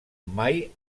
mai